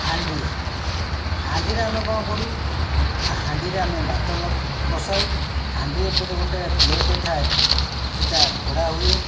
ହାଣ୍ଡି ହାଣ୍ଡିରେ ଆମେ କ'ଣ କରୁ ନା ହାଣ୍ଡିରେ ଆମେ ଭାତ ବସାଉ ହାଣ୍ଡି ଉପରେ ଗୋଟେ ପ୍ଲେଟ୍ ଥାଏ ସେଇଟା ଘୋଡ଼ା ହୁଏ